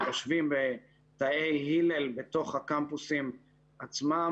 הם יושבים בתאי 'הלל' בתוך הקמפוסים עצמם,